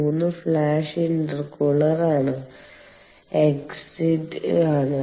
3 flash ഇന്റർകൂളറിന്റെ exit ആണ്